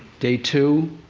day two,